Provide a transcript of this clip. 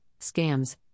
Scams